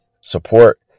support